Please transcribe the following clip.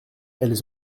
elles